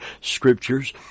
scriptures